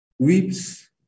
Weeps